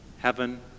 Heaven